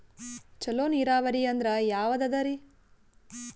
ಚಲೋ ನೀರಾವರಿ ಅಂದ್ರ ಯಾವದದರಿ?